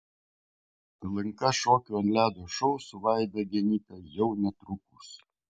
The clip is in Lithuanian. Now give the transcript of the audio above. lnk šokių ant ledo šou su vaida genyte jau netrukus